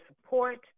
support